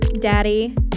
Daddy